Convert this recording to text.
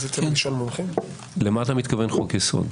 למה אתה מתכוון חוק-יסוד?